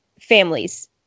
families